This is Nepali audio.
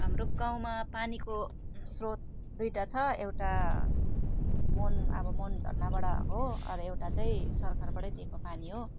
हाम्रो गाउँमा पानीको स्रोत दुईवटा छ एउटा मुहान अब मुहान झर्नाबाट हो र एउटा चाहिँ सरकारबाटै दिएको पानी हो